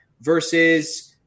versus